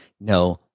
no